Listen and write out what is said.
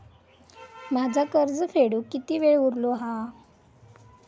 माझा कर्ज फेडुक किती वेळ उरलो हा?